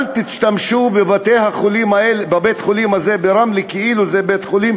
אל תשתמשו בבית-החולים הזה ברמלה כאילו זה בית-חולים,